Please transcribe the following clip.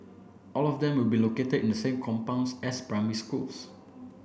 all of them will be located in the same compounds as primary schools